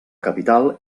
capital